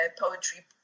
poetry